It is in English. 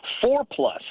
four-plus